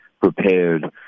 prepared